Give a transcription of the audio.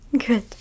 good